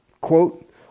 quote